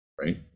right